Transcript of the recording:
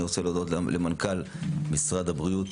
אני רוצה להודות למנכ"ל משרד הבריאות,